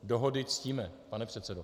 Dohody ctíme, pane předsedo.